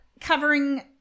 covering